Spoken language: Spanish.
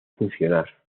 funcionar